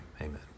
amen